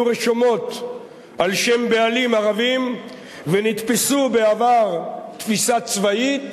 רשומות על שם בעלים ערבים ונתפסו בעבר תפיסה צבאית,